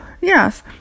yes